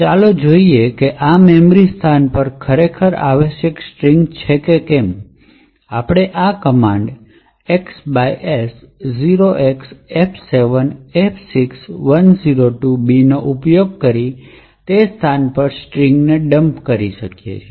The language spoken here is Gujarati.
ચાલો જોઈએ કે આ મેમરી સ્થાન પર ખરેખર આવશ્યક સ્ટ્રિંગ છે આપણે આ કમાન્ડgdb xs 0XF7F6102B નો ઉપયોગ કરીને તે સ્થાન પર સ્ટ્રિંગને ડમ્પ કરી શકીએ છીએ